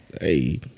Hey